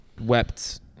wept